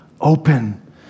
open